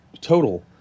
total